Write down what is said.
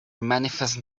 manifest